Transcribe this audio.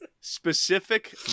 Specific